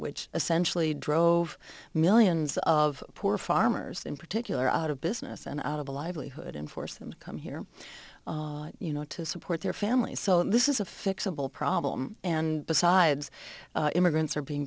which essentially drove millions of poor farmers in particular out of business and out of a livelihood and forced them to come here you know to support their families so this is a fixable problem and besides immigrants are being